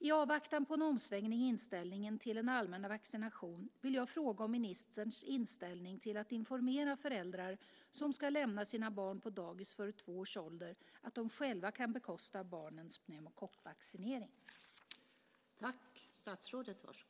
I avvaktan på en omsvängning i inställningen till en allmän vaccination vill jag fråga om ministerns inställning till att informera föräldrar som ska lämna sina barn på dagis före två års ålder om att de själva kan bekosta barnens pneumokockvaccinering.